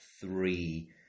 three